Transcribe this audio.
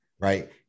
Right